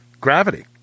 gravity